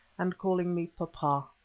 and calling me papa.